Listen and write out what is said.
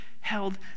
held